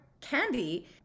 candy